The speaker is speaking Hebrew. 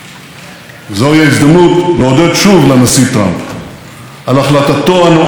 לפרוש מהסכם הגרעין המסוכן ולחדש את הסנקציות על איראן,